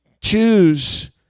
choose